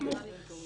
זה נראה לי מסורבל.